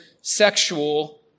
sexual